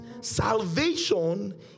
Salvation